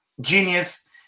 genius